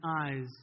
eyes